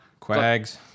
Quags